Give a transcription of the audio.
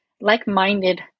like-minded